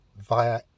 via